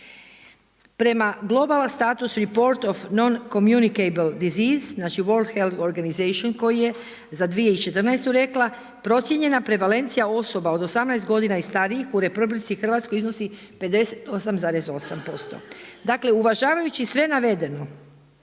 Prema Global status report of noncommunicable diseases, znači World health organization koji je za 2014. rekla procijenjena prevalencija osoba od 18 godina i stariji u RH iznosi …/Govornik se ne razumije./…. Dakle uvažavajući sve navedeno,